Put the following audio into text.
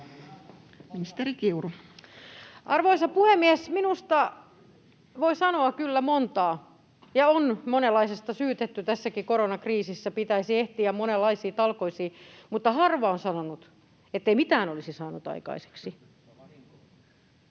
Arvoisa puhemies! Minusta voi sanoa kyllä montaa, ja on monenlaisesta syytetty tässäkin koronakriisissä, pitäisi ehtiä monenlaisiin talkoisiin, mutta harva on sanonut, ettei mitään olisi saanut aikaiseksi.